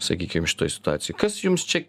sakykim šitoj situacijoj kas jums čia